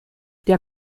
der